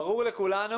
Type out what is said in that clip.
ברור לכולנו